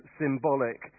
symbolic